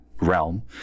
realm